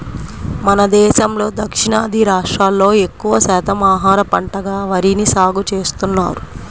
మన దేశంలో దక్షిణాది రాష్ట్రాల్లో ఎక్కువ శాతం ఆహార పంటగా వరిని సాగుచేస్తున్నారు